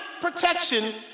protection